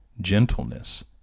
gentleness